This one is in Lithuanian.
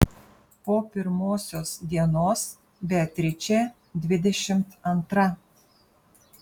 po pirmosios dienos beatričė dvidešimt antra